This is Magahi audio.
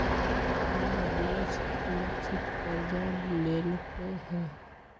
हमर दोस सुरक्षित करजा लेलकै ह